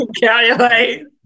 calculate